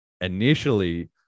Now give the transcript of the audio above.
initially